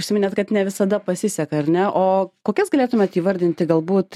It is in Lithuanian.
užsiminėt kad ne visada pasiseka ar ne o kokias galėtumėt įvardinti galbūt